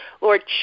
Lord